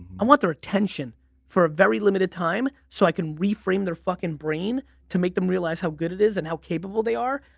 i want their attention for a very limited time so i can reframe their fucking brain to make them realize how good it is and how capable they are.